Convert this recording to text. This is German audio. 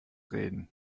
reden